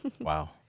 Wow